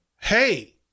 Hey